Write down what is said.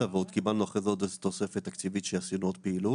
ועוד קיבלנו אחרי זה עוד תוספת תקציבית שעשינו עוד פעילות.